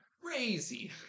crazy